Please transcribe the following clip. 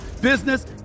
business